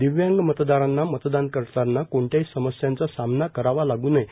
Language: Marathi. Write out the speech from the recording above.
दिव्यांग मतदारांना मतदान करताना कोणत्याही समस्यांचा सामना करावा लागू नये